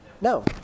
No